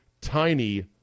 tiny